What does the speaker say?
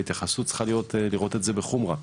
והתייחסות צריכה לראות את זה לחומרה.